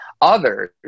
Others